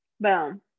boom